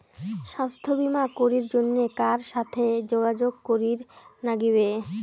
স্বাস্থ্য বিমা করির জন্যে কার সাথে যোগাযোগ করির নাগিবে?